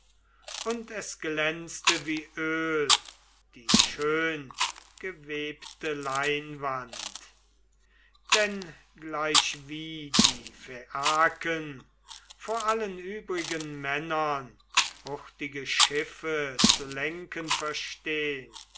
und es glänzte wie öl die schöngewebete leinwand denn gleichwie die phaiaken vor allen übrigen männern hurtige schiffe zu lenken verstehn